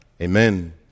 Amen